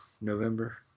November